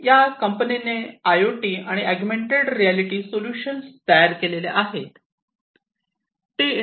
या कंपनीने I O T आणि अगुमेंन्टेड रिअलिटी सोलुशन्स तयार केले आहेत